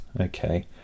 Okay